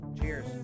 Cheers